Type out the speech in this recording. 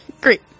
Great